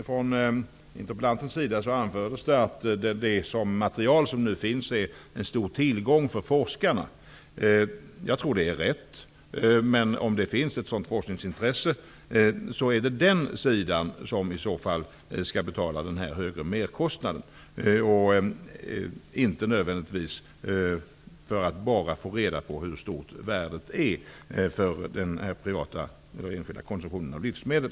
Från interpellantens sida anfördes det att det material som nu finns är en stor tillgång för forskarna. Jag tror att det är riktigt, men om det finns ett sådant forskningsintresse är det den sidan som i så fall skall stå för den högre merkostnaden, inte nödvändigtvis bara för att få reda på hur stort värdet är för den enskilda konsumtionen av livsmedel.